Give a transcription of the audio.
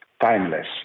Timeless